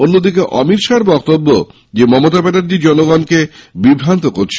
অন্যদিকে অমিত শাহর বক্তব্য মমতা ব্যানার্জী জনগণকে বিভ্রান্ত করছেন